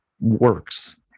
works